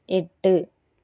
எட்டு